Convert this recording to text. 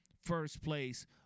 first-place